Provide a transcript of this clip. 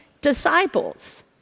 disciples